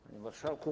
Panie Marszałku!